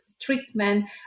treatment